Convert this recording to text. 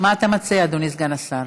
מה אתה מציע, אדוני סגן השר?